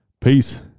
Peace